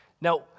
Now